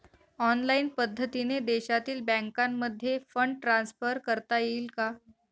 Online पद्धतीने देशातील बँकांमध्ये फंड ट्रान्सफर करता येईल का?